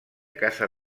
caça